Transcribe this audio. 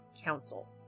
council